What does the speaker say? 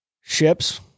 ships